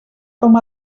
com